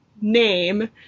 name